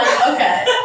okay